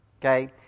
Okay